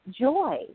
joy